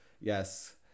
yes